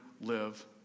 live